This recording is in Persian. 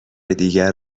دیگر